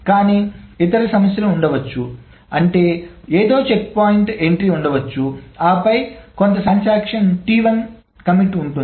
కానీ ఇతర సమస్యలు ఉండవచ్చు అంటే ఏదో చెక్పాయింట్ ఎంట్రీ ఉండవచ్చు ఆపై కొంత సమయం తర్వాత ఒక ట్రాన్సాక్షన్ కమిట్commit Ti ఉంటుంది